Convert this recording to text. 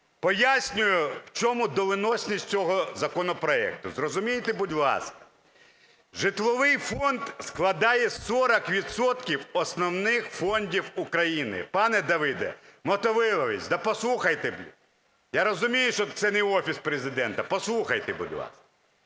Пояснюю, в чому доленосність цього законопроекту. Зрозумійте, будь ласка, житловий фонд складає 40 відсотків основних фондів України. Пане Давиде, Мотовиловець, послухайте! Я розумію, що це не Офіс Президента, послухайте, будь ласка!